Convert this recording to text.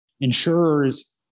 insurers